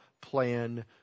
plan